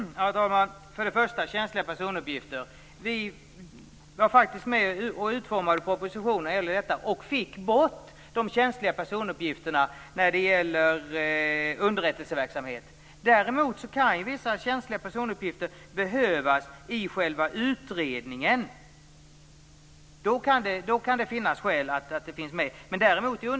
Herr talman! När det till att börja med gäller känsliga personuppgifter var vi faktiskt med och utformade propositionen och fick bort de känsliga personuppgifterna i fråga om underrättelseverksamhet. Däremot kan vissa känsliga personuppgifter vara nödvändiga i själva utredningen.